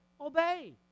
obey